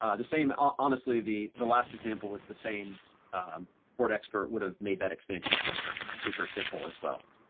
ah the same, ah honestly, the the last example was the same port expert would have made that expansion chamber super simple as well.